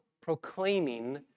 proclaiming